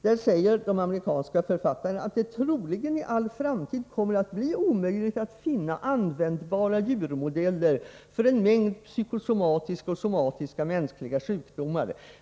Där säger författarna att det troligen i all framtid kommer att bli omöjligt att finna användbara djurmodeller för en mängd psykosomatiska och somatiska mänskliga sjukdomar.